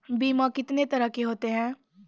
बीमा कितने तरह के होते हैं?